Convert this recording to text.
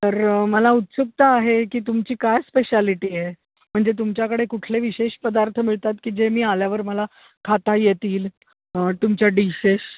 तर मला उत्सुकता आहे की तुमची काय स्पेशालिटी आहे म्हणजे तुमच्याकडे कुठले विशेष पदार्थ मिळतात की जे मी आल्यावर मला खाता येतील तुमच्या डिशेस